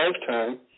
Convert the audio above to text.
lifetime